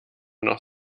noch